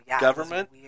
government